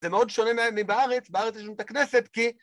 זה מאוד שונה מבארץ, בארץ יש לנו את הכנסת כי...